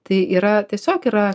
tai yra tiesiog yra